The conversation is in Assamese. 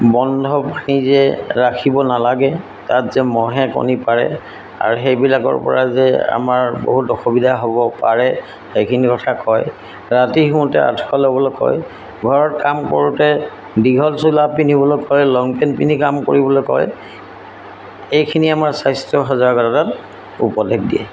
বন্ধ পানী যে ৰাখিব নালাগে তাত যে মহে কণী পাৰে আৰু সেইবিলাকৰ পৰা যে আমাৰ বহুত অসুবিধা হ'ব পাৰে সেইখিনি কথা কয় ৰাতি শুওতে আঠুৱা ল'বলৈ কয় ঘৰত কাম কৰোঁতে দীঘল চোলা পিন্ধিবলৈ কয় লং পেন্ট পিন্ধি কাম কৰিবলৈ কয় এইখিনি আমাৰ স্বাস্থ্য সজাগতাত উপদেশ দিয়ে